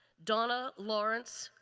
donna lawrence,